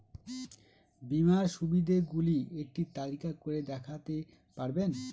বীমার সুবিধে গুলি একটি তালিকা করে দেখাতে পারবেন?